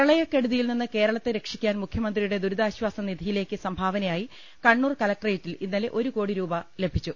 പ്രളയക്കെടുതിയിൽ നിന്ന് കേരളത്തെ രക്ഷിക്കാൻ മുഖ്യമ ന്ത്രിയുടെ ദുരിതാശ്ചാസ നിധിയിലേക്ക് സംഭാവനയായി കണ്ണൂർ കലക്ട്രേറ്റിൽ ഇന്നലെ ഒരു കോടി രൂപ ലഭിച്ചു